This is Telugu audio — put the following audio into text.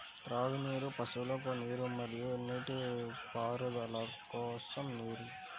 త్రాగునీరు, పశువులకు నీరు మరియు నీటిపారుదల కోసం నీరు